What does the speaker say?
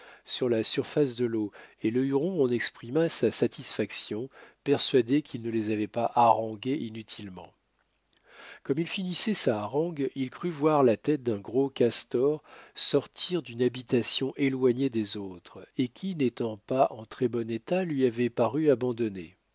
sur la surface de l'eau et le huron en exprima sa satisfaction persuadé qu'il ne les avait pas harangués inutilement comme il finissait sa harangue il crut voir la tête d'un gros castor sortir d'une habitation éloignée des autres et qui n'étant pas en très bon état lui avait paru abandonnée